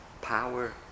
Power